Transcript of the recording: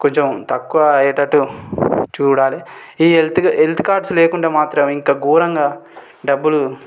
కొంచెం తక్కువ అయ్యేటట్టు చూడాలి ఈ హెల్త్ హెల్త్ కార్డ్స్ లేకుంటే మాత్రం ఇంకా ఘోరంగా డబ్బులు